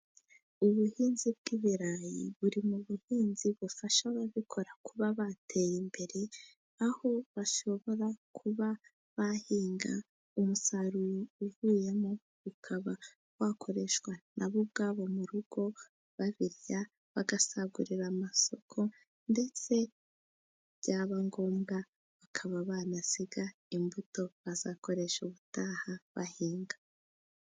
Ubuhinzi bw'ibirayi buri mu buhinzi bufasha ababukora kuba bateye imbere, aho bashobora kuba bahinga, umusaruro uvuyemo ukaba wakoreshwa na bo ubwabo mu rugo babirya, bagasagurira amasoko ndetse byaba ngombwa bakaba banasiga imbuto bazakoresha ubutaha bahinga.